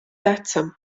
tähtsam